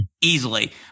easily